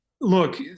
Look